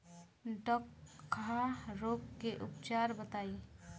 डकहा रोग के उपचार बताई?